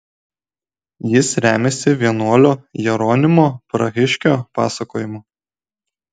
jis remiasi vienuolio jeronimo prahiškio pasakojimu